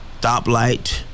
stoplight